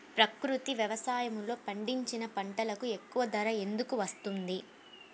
ప్రకృతి వ్యవసాయములో పండించిన పంటలకు ఎక్కువ ధర ఎందుకు వస్తుంది?